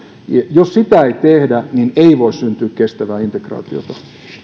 jos sitä ei tehdä ei voi syntyä kestävää integraatiota